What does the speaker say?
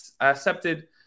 accepted